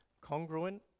congruent